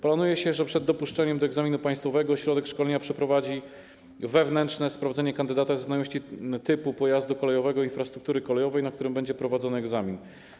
Planuje się, że przed dopuszczeniem do egzaminu państwowego ośrodek szkolenia przeprowadzi wewnętrzne sprawdzenie kandydata ze znajomości typu pojazdu kolejowego i infrastruktury kolejowej, z wykorzystaniem których będzie prowadzony egzamin.